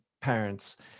parents